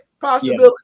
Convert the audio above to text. possibility